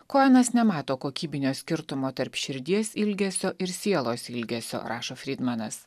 koenas nemato kokybinio skirtumo tarp širdies ilgesio ir sielos ilgesio rašo fridmanas